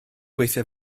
gweithio